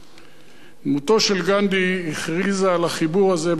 דמותו של גנדי הכריזה על החיבור הזה בכל אשר הלך.